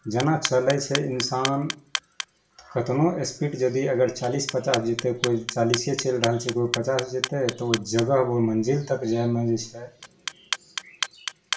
जेना चलय छै इंसान कतनो स्पीड यदि अगर चालीस पचास जेतय कोइ चालीसे चलि रहल छै तऽ ओ पचास जेतय तऽ ओ जगह ओ मञ्जिल तक जाइमे जे छै